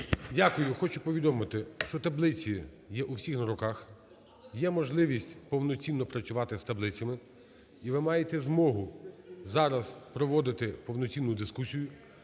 Дякую. Хочу повідомити, що таблиці є у всіх на руках, є можливість повноцінно працювати з таблицями. І ви маєте змогу зараз проводити повноцінну дискусію.